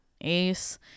Ace